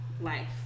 life